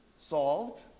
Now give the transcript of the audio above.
solved